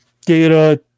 data